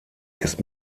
ist